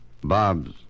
Bob's